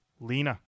Lena